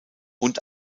und